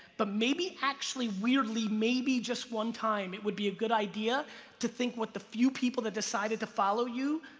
but maybe actually, weirdly, maybe just one time, it would be a good idea to think what the few people that decided to follow you,